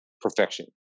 perfection